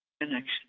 connection